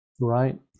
right